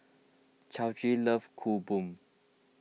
Chauncey loves Kueh Bom